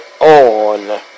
on